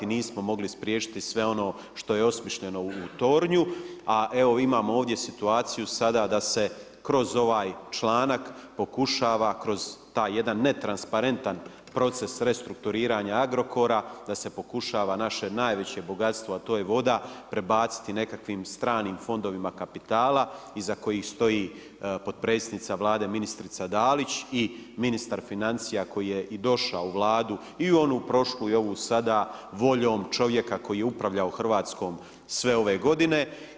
Nismo mogli spriječiti sve ono što je osmišljeno u tornju, a imamo ovdje situaciju sada da se kroz ovaj članak pokušava kroz taj jedan netransparentan proces restrukturiranja Agrokora da se pokušava naše najveće bogatstvo, a to je voda, prebaciti nekakvim stranim fondovima kapitala iza kojih stoji potpredsjednica Vlade ministrica Dalić i ministar financija koji je i došao u Vladu i u onu prošlu i ovu sada voljom čovjeka koji je upravljao Hrvatskom sve ove godine.